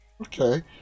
okay